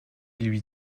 lui